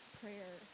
prayer